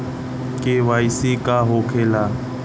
KYC का होखेला?